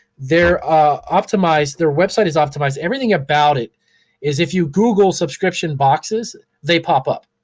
their ah optimized, their website is optimized, everything about it is if you google subscription boxes they pop up.